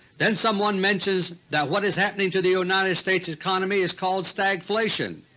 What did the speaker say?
then someone mentions that what is happening to the united states' economy is called stagflation.